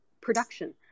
production